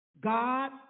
God